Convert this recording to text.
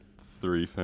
three